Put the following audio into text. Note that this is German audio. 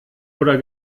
oder